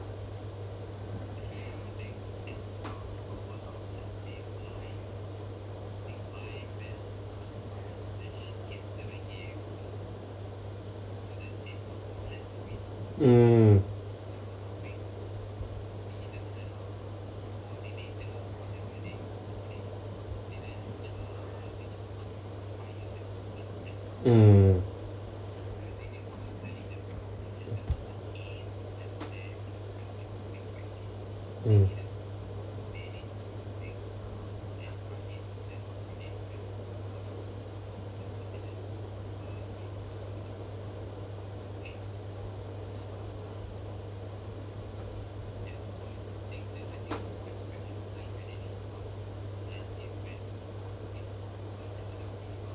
mm mm mm